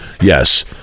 Yes